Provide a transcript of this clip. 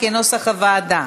כנוסח הוועדה.